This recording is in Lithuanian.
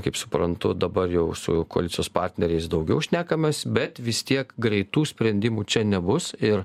kaip suprantu dabar jau su koalicijos partneriais daugiau šnekamasi bet vis tiek greitų sprendimų čia nebus ir